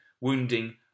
wounding